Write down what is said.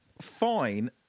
fine